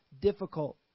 difficult